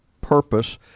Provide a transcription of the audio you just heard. purpose